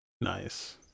Nice